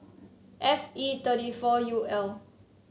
F E thirty four U L